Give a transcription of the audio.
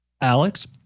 Alex